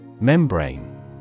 Membrane